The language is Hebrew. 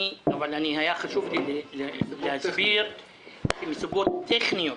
היה חשוב להסביר שזה מסיבות טכניות.